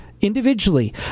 individually